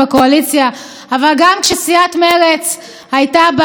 אבל גם כשסיעת מרצ הייתה בקואליציה,